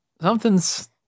something's